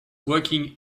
working